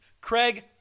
Craig